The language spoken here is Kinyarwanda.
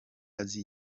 azi